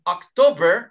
October